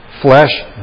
flesh